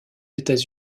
états